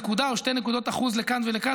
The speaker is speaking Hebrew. נקודה או שתי נקודות אחוז לכאן ולכאן,